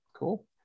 Cool